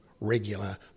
regular